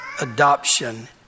adoption